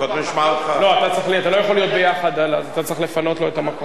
אתם לא יכולים יחד, אתה צריך לפנות לו את המקום.